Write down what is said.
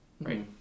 Right